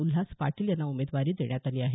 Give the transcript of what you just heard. उल्हास पाटील यांना उमेदवारी देण्यात आली आहे